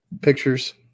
Pictures